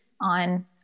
on